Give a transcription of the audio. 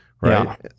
right